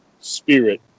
spirit